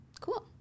cool